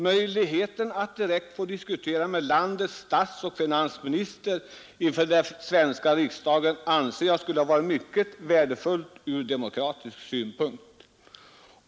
Möjligheten att direkt få diskutera med landets statsminister och finansminister inför den svenska riksdagen anser jag skulle varit mycket värdefullt ur demokratisk synpunkt.